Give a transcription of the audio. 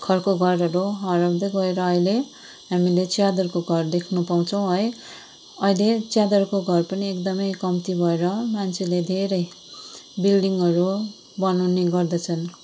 खरको घरहरू हराउँदै गएर अहिले हामीले च्यादरको घर देख्नु पाउँछौँ है अहिले च्यादरको घर पनि एकदम कम्ती भएर मान्छेले धेरै बिल्डिङहरू बनाउने गर्दछन्